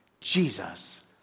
Jesus